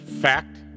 fact